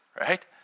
right